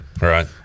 Right